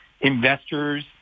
investors